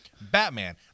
Batman